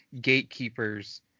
gatekeepers